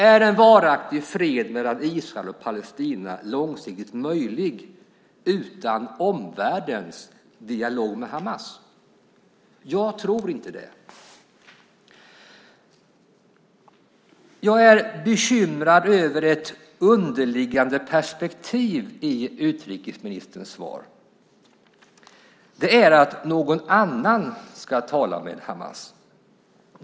Är en varaktig fred mellan Israel och Palestina långsiktigt möjlig utan omvärldens dialog med Hamas? Jag tror inte det. Jag är bekymrad över ett underliggande perspektiv i utrikesministerns svar. Det är att någon annan ska tala med Hamas.